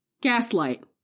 Gaslight